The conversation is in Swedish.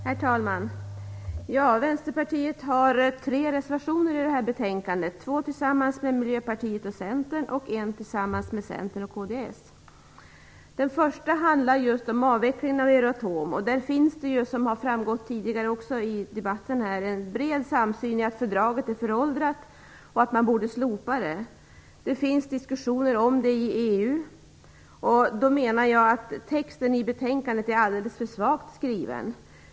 Herr talman! Vänsterpartiet har tre reservationer i betänkandet, två tillsammans med Miljöpartiet och Den första handlar om just avvecklingen av Euratom. Där råder också, som tidigare har framgått av debatten här, en bred samsyn om att fördraget är föråldrat och att det borde slopas. Det finns diskussioner om det i EU. Jag menar att texten i betänkandet är alldeles för svagt skriven.